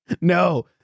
No